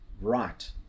right